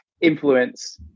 influence